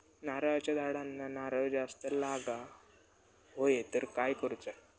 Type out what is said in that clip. नारळाच्या झाडांना नारळ जास्त लागा व्हाये तर काय करूचा?